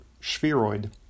spheroid